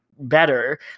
better